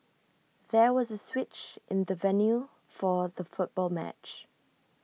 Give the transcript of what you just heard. there was A switch in the venue for the football match